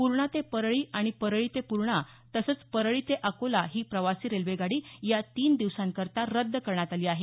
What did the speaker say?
पूर्णा ते परळी आणि परळी ते पूर्णा तसंच परळी ते अकोला ही प्रवासी रेल्वे गाडी या तिन दिवसांकरता रद्द करण्यात आली आहे